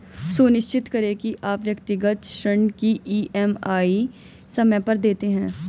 सुनिश्चित करें की आप व्यक्तिगत ऋण की ई.एम.आई समय पर देते हैं